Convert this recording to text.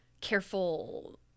careful